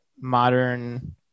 modern